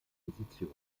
position